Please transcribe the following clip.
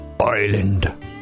island